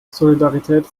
solidarität